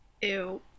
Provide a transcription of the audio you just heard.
ew